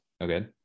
Okay